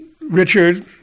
Richard